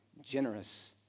generous